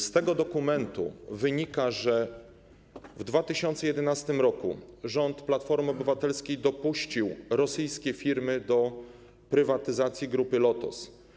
Z tego dokumentu wynika, że w 2011 r. rząd Platformy Obywatelskiej dopuścił rosyjskie firmy do prywatyzacji Grupy Lotos.